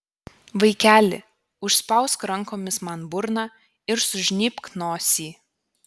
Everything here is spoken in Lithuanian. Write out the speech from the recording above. vaikeli užspausk rankomis man burną ir sužnybk nosį